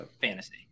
fantasy